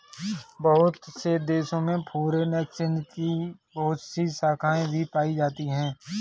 बहुत से देशों में फ़ोरेन एक्सचेंज की बहुत सी शाखायें भी पाई जाती हैं